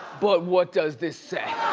but what does this say?